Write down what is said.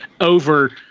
over